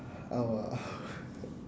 I want I w~